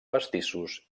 pastissos